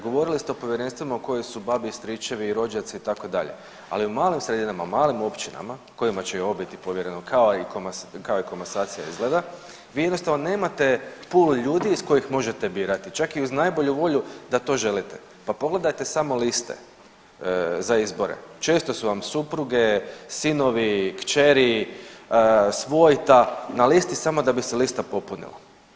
Govorili ste o povjerenstvima u kojima su babi, stričevi i rođaci itd., ali u malim sredinama i malim općinama kojima će i ovo biti povjereno kao i komasacija izgleda vi jednostavno nemate puno ljudi iz kojih možete birati, čak i uz najbolju volju da to želite, pa pogledajte samo liste za izbore, često su vam supruge, sinovi, kćeri, svojta na listi samo da bi lista popunila.